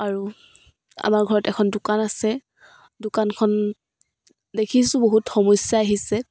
আৰু আমাৰ ঘৰত এখন দোকান আছে দোকানখন দেখিছোঁ বহুত সমস্যা আহিছে